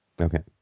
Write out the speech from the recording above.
Okay